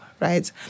right